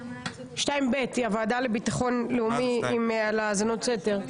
הוועדה לביטחון לאומי לגבי האזנות סתר.